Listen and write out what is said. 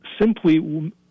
simply